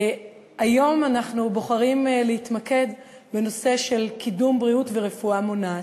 היום אנחנו בוחרים להתמקד בנושא של קידום בריאות ורפואה מונעת.